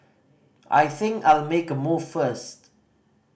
I think I'll make a move first